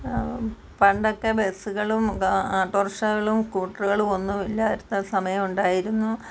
പണ്ടൊക്കെ ബസ്സുകളും ഓട്ടോറിക്ഷകളും സ്കൂട്ടറുകളും ഒന്നും ഇല്ലാത്ത സമയം ഉണ്ടായിരുന്നു